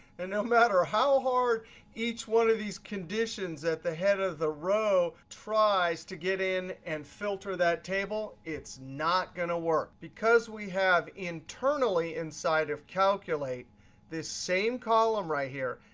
and no matter how hard each one of these conditions at the head of the row tries to get and filter that table, it's not going to work. because we have internally inside of calculate this same column right here,